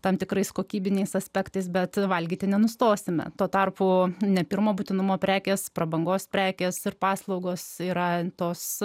tam tikrais kokybiniais aspektais bet valgyti nenustosime tuo tarpu ne pirmo būtinumo prekės prabangos prekės ir paslaugos yra tos